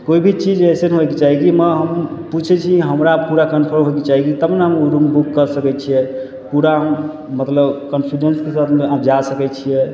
कोइ भी चीज ऐसे मे हम पुछय छियै हमरा पूरा कन्फर्म होइके चाही तब ने हम रूम बुक कर सकय छियै पूरा मतलब कॉन्फिडेंसके साथमे आप जा सकय छियै